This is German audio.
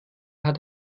hat